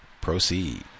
Proceed